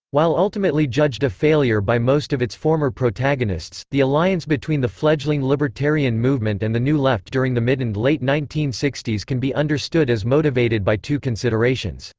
while ultimately judged a failure by most of its former protagonists, the alliance between the fledgling libertarian movement and the new left during the midand late nineteen sixty s can be understood as motivated by two considerations.